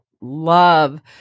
love